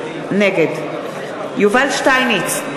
נגד יובל שטייניץ,